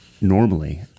normally